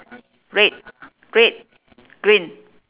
red red green